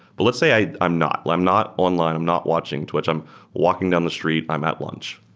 but let's say i'm not. i'm not online. i'm not watching twitch. i'm walking down the street. i'm at lunch.